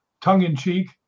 tongue-in-cheek